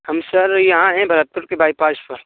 हम सर यहाँ हैं भरतपुर के बाइपास पर